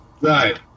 Right